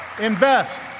Invest